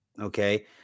okay